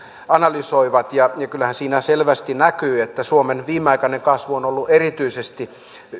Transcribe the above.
analysoivat kyllähän siinä selvästi näkyy että suomen viimeaikainen kasvu on ollut erityisesti